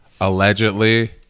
allegedly